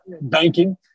banking